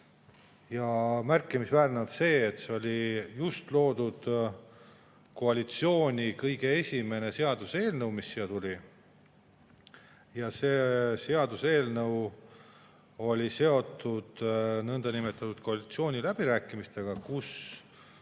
Märkimisväärne on see, et see oli just loodud koalitsiooni kõige esimene seaduseelnõu, mis siia toodi. See seaduseelnõu oli seotud niinimetatud koalitsiooniläbirääkimistega, kus